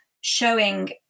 showing